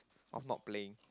of not playing